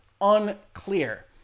unclear